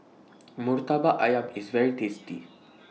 Murtabak Ayam IS very tasty